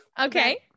Okay